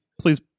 please